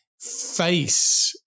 face